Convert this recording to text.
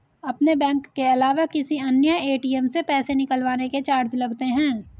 अपने बैंक के अलावा किसी अन्य ए.टी.एम से पैसे निकलवाने के चार्ज लगते हैं